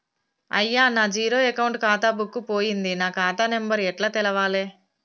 అయ్యా నా zero account ఖాతా బుక్కు పోయింది నా ఖాతా నెంబరు ఎట్ల తెలవాలే?